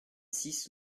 six